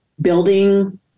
building